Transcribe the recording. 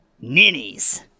ninnies